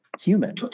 human